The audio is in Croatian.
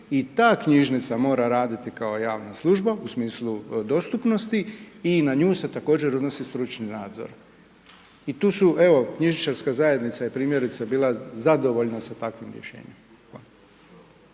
i ta knjižnica mora raditi kao javna služba u smislu dostupnosti i na nju se također odnosi stručni nadzor. I to evo, knjižničarska zajednica je primjerice bila zadovoljna sa takvim rješenjem.